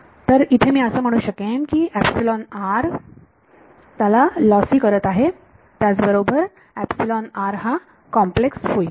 तर इथे मी असं म्हणू शकते की एप्सलोन आर त्याला लॉसी करत आहे त्याच बरोबर एप्सलोन आर हा कॉम्प्लेक्स होईल